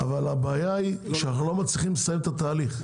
הבעיה היא שאנו לא מצליחים לסיים את התהליך.